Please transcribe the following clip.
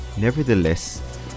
Nevertheless